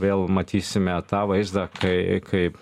vėl matysime tą vaizdą kai kaip